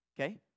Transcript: okay